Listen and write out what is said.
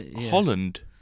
Holland